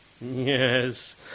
Yes